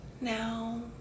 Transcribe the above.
Now